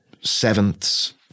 sevenths